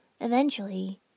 Eventually